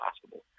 possible